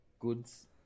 Goods